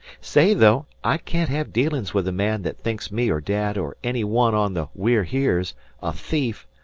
say, though, i can't have dealin's with a man that thinks me or dad or any one on the we're here's a thief.